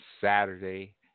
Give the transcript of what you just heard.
Saturday